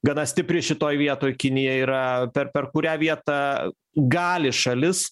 gana stipri šitoj vietoj kinija yra per per kurią vietą gali šalis